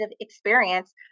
experience